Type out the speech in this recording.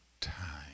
time